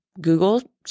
Google